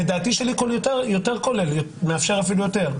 לדעתי שלי גם יותר כולל, מאפשר אפילו יותר.